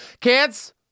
kids